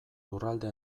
lurralde